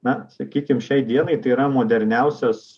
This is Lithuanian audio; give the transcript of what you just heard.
na sakykim šiai dienai tai yra moderniausias